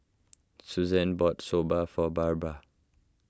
Susanne bought Soba for Barbara